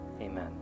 Amen